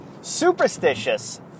superstitious